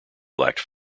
lacked